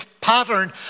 pattern